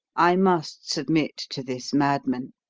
i must submit to this madman.